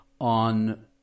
on